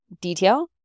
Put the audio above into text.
detail